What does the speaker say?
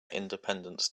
independence